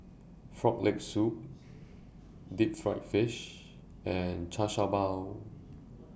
Frog Leg Soup Deep Fried Fish and Char Siew Bao